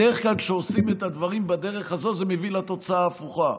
בדרך כלל כשעושים את הדברים בדרך הזו זה מביא לתוצאה הפוכה: